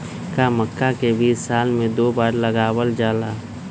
का मक्का के बीज साल में दो बार लगावल जला?